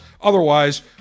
Otherwise